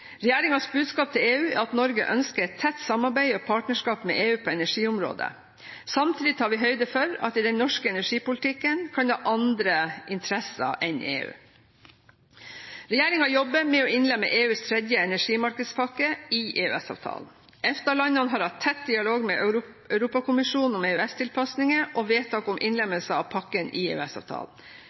budskap til EU er at Norge ønsker et tett samarbeid og partnerskap med EU på energiområdet. Samtidig tar vi høyde for at vi i den norske energipolitikken kan ha andre interesser enn EU. Regjeringen jobber med å innlemme EUs tredje energimarkedspakke i EØS-avtalen. EFTA-landene har hatt tett dialog med Europakommisjonen om EØS-tilpasninger og vedtak om innlemmelse av pakken i